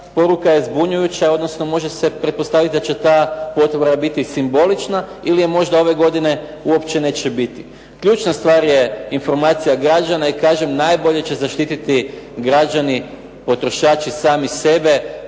poruka je zbunjujuća odnosno može se pretpostaviti da će ta potvrda biti simbolična ili je možda ove godine uopće neće biti. Ključna stvar je informacija građana i kažem najbolje će zaštititi građani potrošači sami sebe,